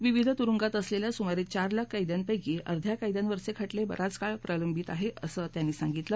विविध तुरुंगात असलेल्या सुमारे चार लाख कैद्यांपैकी अर्ध्या कैद्यांवरचे खटले बराच काळ प्रलंबित आहेत असं त्यांनी सांगितलं